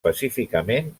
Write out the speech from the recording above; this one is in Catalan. pacíficament